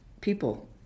people